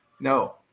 No